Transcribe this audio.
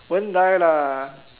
won't die lah